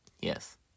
Yes